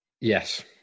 yes